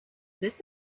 this